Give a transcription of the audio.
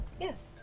Yes